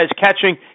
catching